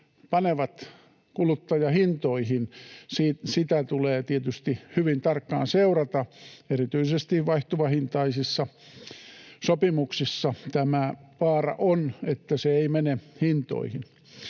panevat kuluttajahintoihin. Sitä tulee tietysti hyvin tarkkaan seurata. Erityisesti vaihtuvahintaisissa sopimuksissa vaara on, että se ei mene hintoihin.